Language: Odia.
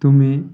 ତୁମେ